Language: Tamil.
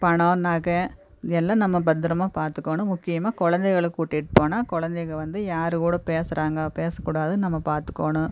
பணம் நகை எல்லா நம்ம பத்தரமாக பார்த்துக்கோணும் முக்கியமாக குழந்தைகள கூட்டிகிட்டு போனா குழந்தைக வந்து யாருகூட பேசுறாங்க பேசக்கூடாதுன்னு நம்ம பார்த்துக்கோணும்